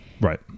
right